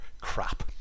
crap